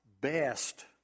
best